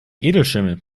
edelschimmel